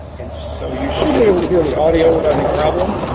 and so you should be able to hear the audio without any problem.